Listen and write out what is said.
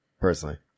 Personally